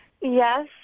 Yes